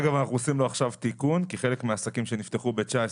עכשיו אנחנו מבצעים תיקון כי חלק מהעסקים שנפתחו ב-2019